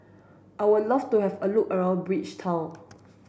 I would love to have a look around Bridgetown